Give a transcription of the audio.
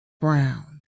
Brown